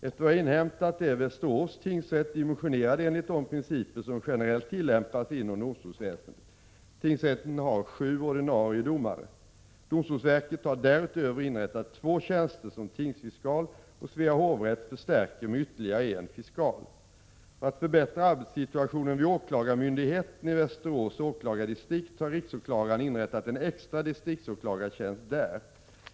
Efter vad jag inhämtat är Västerås tingsrätt dimensionerad enligt de principer som generellt tillämpas inom domstolsväsendet. Tingsrätten har sju ordinarie domare. Domstolsverket har därutöver inrättat två tjänster som tingsfiskal, och Svea hovrätt förstärker med ytterligare en fiskal. För att förbättra arbetssituationen vid åklagarmyndigheten i Västerås åklagardistrikt har riksåklagaren inrättat en extra distriktsåklagartjänst där.